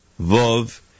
Vov